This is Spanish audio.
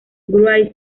wright